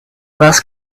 less